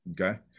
okay